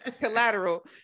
collateral